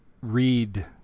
read